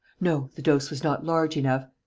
no, the dose was not large enough.